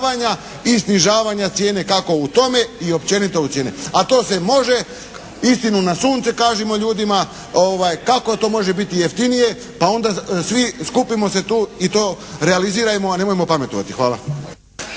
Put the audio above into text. i snižavanja cijene kako u tome i općenito cijene. A to se može. Istinu na sunce, kažimo ljudima kako to može biti jeftinije. Pa onda svi skupimo se tu i to realizirajmo a nemojmo pametovati. Hvala.